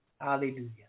Hallelujah